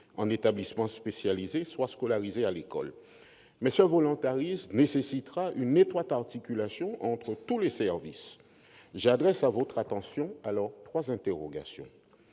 en établissements spécialisés soient scolarisés à l'école. Mais ce volontarisme nécessitera une étroite articulation entre tous les services. De ce point de vue, je porte à votre attention trois interrogations.